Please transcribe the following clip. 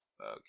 Okay